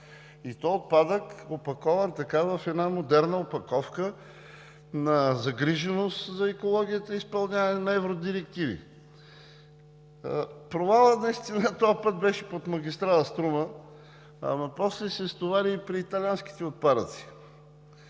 И то отпадък, опакован в модерна опаковка на загриженост за екологията и изпълняване на евродирективи. Провалът наистина този път беше под магистрала „Струма“, но после се стовари и при италианските отпадъци,